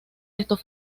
estos